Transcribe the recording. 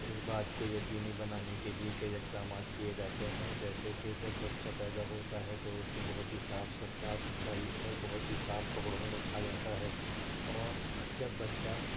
اِس بات کو یقینی بنانے کے لیے کئی اقدامات کیے جاتے ہیں جیسے کہ جب بچہ پیدا ہوتا ہے تو اُس کو بہت ہی صاف صاف سُتھرائی اور بہت ہی صاف کپڑوں میں رکھا جاتا ہے اور جب بچہ